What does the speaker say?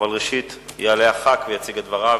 אבל ראשית יעלה חבר הכנסת ויציג את דבריו.